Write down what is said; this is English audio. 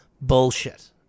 bullshit